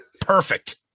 Perfect